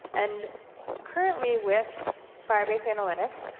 and currently with firebase analytics,